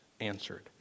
answered